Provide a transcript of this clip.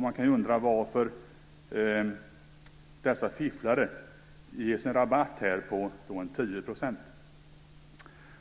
Man kan undra varför dessa fifflare ges en rabatt på 10 %. Herr